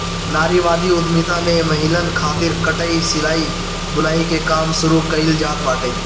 नारीवादी उद्यमिता में महिलन खातिर कटाई, सिलाई, बुनाई के काम शुरू कईल जात बाटे